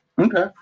Okay